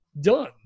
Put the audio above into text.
done